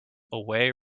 away